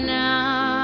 now